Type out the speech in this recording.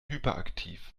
hyperaktiv